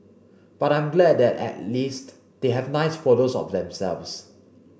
but I'm glad that at least they have nice photos of themselves